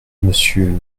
monsieur